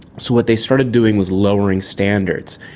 so what they started doing was lowering standards,